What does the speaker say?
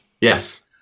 yes